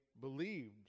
believed